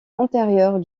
antérieure